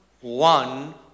one